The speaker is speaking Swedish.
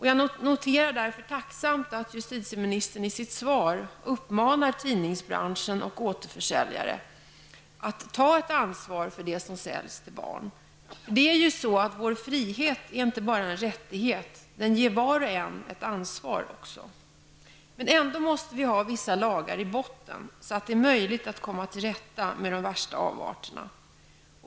Jag noterar därför tacksamt att justitieministern i sitt svar uppmanar tidningsbranschen och återförsäljare att ta ett ansvar för det som säljs till barn. Vår frihet är inte bara en rättighet, den ger också var och en ett ansvar. Ändå måste vi ha vissa lagar i botten, så att det är möjligt att komma till rätta med de värsta avarterna.